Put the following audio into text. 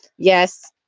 yes,